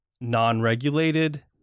non-regulated